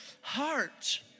heart